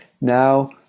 now